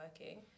working